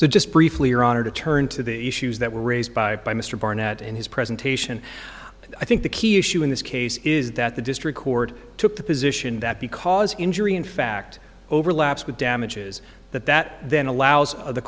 so just briefly your honor to turn to the issues that were raised by by mr barnett in his presentation but i think the key issue in this case is that the district court took the position that because injury in fact overlaps with damages that that then allows the